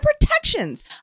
protections